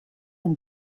and